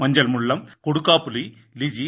மஞ்சள் முள்ளம் கொடுக்கா புலி லிஜி